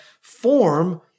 form